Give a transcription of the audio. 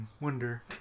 wonder